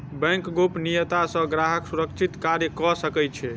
bank गोपनियता सॅ ग्राहक सुरक्षित कार्य कअ सकै छै